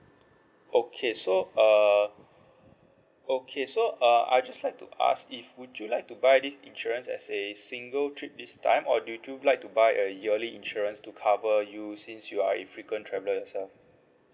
okay so err okay so uh I just like to ask if would you like to buy this insurance as a single trip this time or would you like to buy a yearly insurance to cover you since you are a frequent traveller yourself